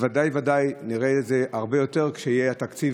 וודאי וודאי נראה את זה הרבה יותר כשיהיה התקציב